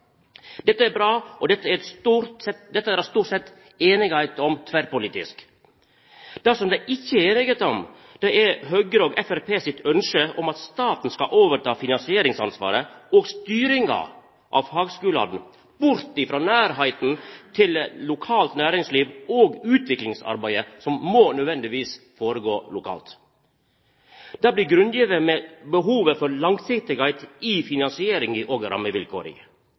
Dette er bra. Det er det stort sett også einigheit om tverrpolitisk. Det som det ikkje er einigheit om, er Høgre og Framstegspartiet sitt ønske om at staten skal overta finansieringsansvaret og styringa av fagskulane bort frå nærleiken til lokalt næringsliv og utviklingsarbeid, som nødvendigvis må gå føre seg lokalt. Det blir grunngjeve med behovet for langsiktigheit i finansieringa og